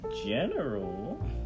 general